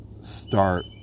start